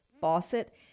faucet